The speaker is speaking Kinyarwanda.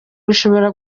bishobora